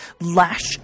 lash